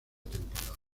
temporada